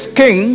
king